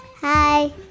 Hi